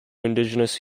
indigenous